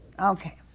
Okay